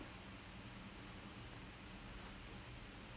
oh this matt henderson fellow he is insane